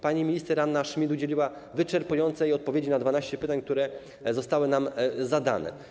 Pani minister Anna Schmidt udzieliła wyczerpującej odpowiedzi na 12 pytań, które zostały nam zadane.